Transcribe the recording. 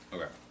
Okay